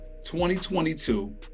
2022